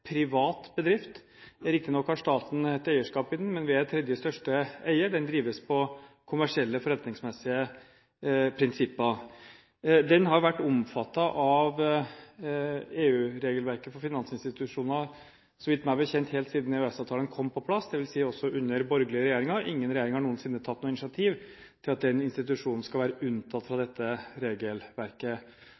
privat bedrift. Riktignok har staten et eierskap i den, men vi er den tredje største eier, den drives på kommersielle forretningsmessige prinsipper. Meg bekjent har den vært omfattet av EU-regelverket for finansinstitusjoner helt siden EØS-avtalen kom på plass, dvs. også under borgerlige regjeringer. Ingen regjering har noen sinne tatt initiativ til at den institusjonen skal være unntatt fra dette regelverket.